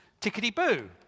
tickety-boo